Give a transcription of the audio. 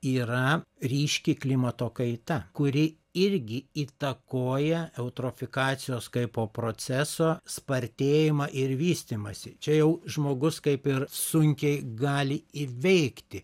yra ryški klimato kaita kuri irgi įtakoja eutrofikacijos kai po proceso spartėjimą ir vystymąsi čia jau žmogus kaip ir sunkiai gali įveikti